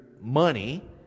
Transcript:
money